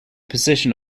position